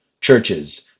churches